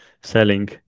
selling